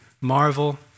marvel